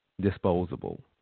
disposable